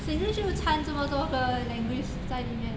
singlish 又掺这么多个 language 在里面